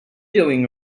doing